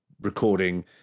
recording